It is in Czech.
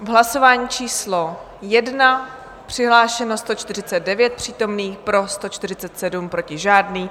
V hlasování číslo 1 přihlášeno 149 přítomných, pro 147, proti žádný.